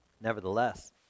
Nevertheless